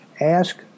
Ask